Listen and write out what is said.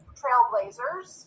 trailblazers